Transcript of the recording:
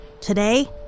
Today